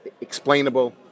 explainable